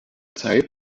zeit